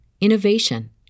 innovation